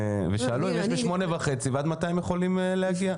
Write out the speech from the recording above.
הם שאלו אם מתחיל ב-8:30 ועד מתי הם יכולים להגיע.